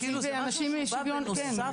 זה משהו שהוא בא בנוסף.